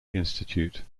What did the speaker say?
institute